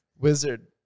wizard